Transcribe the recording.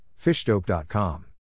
FishDope.com